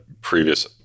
previous